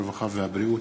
הרווחה והבריאות.